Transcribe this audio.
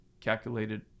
calculated